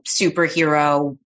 superhero